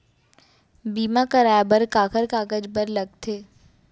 बीमा कराय बर काखर कागज बर लगथे?